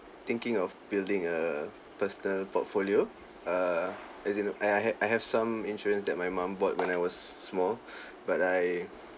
thinking of building a personal portfolio err as in I I ha~ I have some insurance that my mum bought when I was s~ s~ small but I